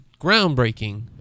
groundbreaking